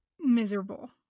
miserable